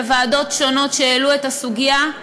בוועדות שונות שהעלו את הסוגיה,